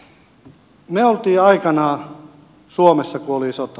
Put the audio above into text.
me olimme aikanaan suomessa kun oli sota